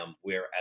Whereas